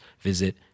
visit